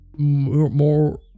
more